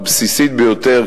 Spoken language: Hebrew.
הבסיסית ביותר,